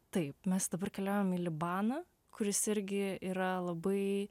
taip mes dabar keliaujam į libaną kuris irgi yra labai